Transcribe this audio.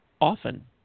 often